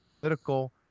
political